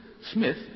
Smith